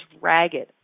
ragged